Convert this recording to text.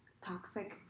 toxic